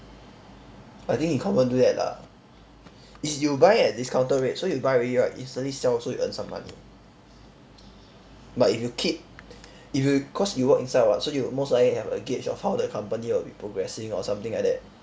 I think he confirm do that lah is you buy at discounted rate so you buy already right instantly sell so you earn some money but if you keep if you cause you work inside [what] so you most likely have a gauge of how the company will be progressing or something like that